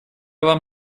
вам